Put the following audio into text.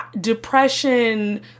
depression